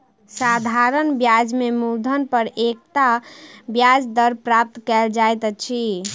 साधारण ब्याज में मूलधन पर एकता ब्याज दर प्राप्त कयल जाइत अछि